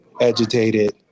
agitated